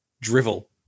drivel